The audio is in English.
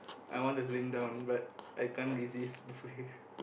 I want to slim down but I can't resist buffet